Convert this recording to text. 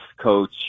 coach